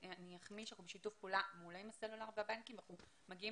שאנחנו בשיתוף פעולה מול הסלולר והבנקים ואנחנו מגיעים